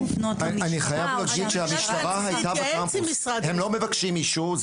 הם לא מבקשים אישור.